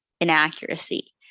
inaccuracy